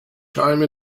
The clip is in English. time